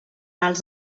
els